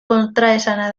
kontraesana